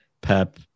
Pep